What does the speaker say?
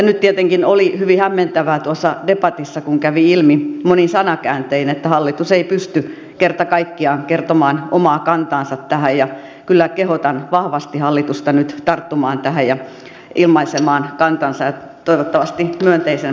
nyt tietenkin oli hyvin hämmentävää debatissa kun kävi ilmi monin sanakääntein että hallitus ei pysty kerta kaikkiaan kertomaan omaa kantaansa tähän ja kyllä kehotan vahvasti hallitusta nyt tarttumaan tähän ja ilmaisemaan kantansa toivottavasti myönteisen sellaisen